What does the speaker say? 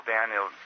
Daniel